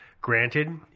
Granted